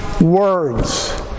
words